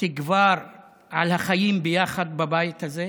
תגבר על החיים ביחד בבית הזה.